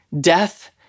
death